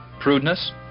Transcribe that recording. prudeness